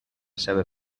ceba